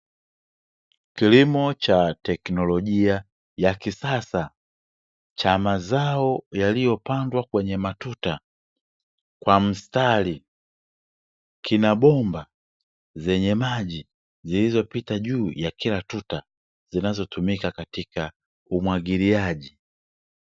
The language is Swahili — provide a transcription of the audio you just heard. Kilimo cha teknolojia ya kisasa, cha mazao yaliyopandwa kwenye matuta kwa mstari, kina bomba zenye maji, zilizopita juu ya kila tuta. Zinazotumika katika umwagiliaji.